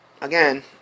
again